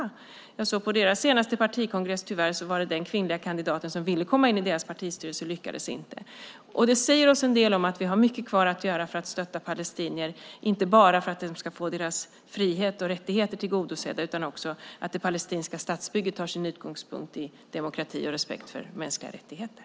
På deras senaste partikongress var det en kvinnlig kandidat som ville komma in i deras partistyrelse, men hon lyckades tyvärr inte. Det säger oss en del om att vi har mycket kvar att göra för att stötta palestinier, inte bara för att de ska få sin frihet och få sina rättigheter tillgodosedda, utan också för att det palestinska statsbygget ska ta sin utgångspunkt i demokrati och respekt för mänskliga rättigheter.